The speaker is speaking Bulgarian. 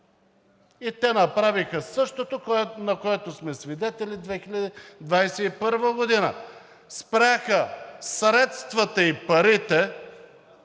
и те направиха същото, на което сме свидетели през 2021 г. – спряха средствата и парите